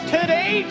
Today